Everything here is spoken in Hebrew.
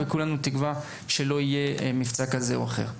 וכולנו תקווה שלא יהיה מבצע כזה או אחר.